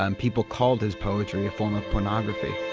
um people called his poetry a form of pornography.